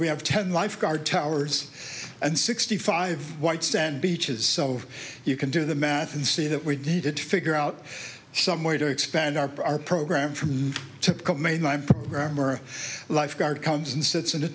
we have ten lifeguard towers and sixty five white sand beaches of you can do the math and see that we needed to figure out some way to expand our program from the typical mainline grammar lifeguard comes and sits in